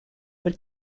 but